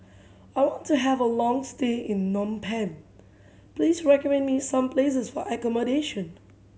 I want to have a long stay in Penh Please recommend me some places for accommodation